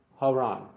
Haran